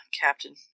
Captain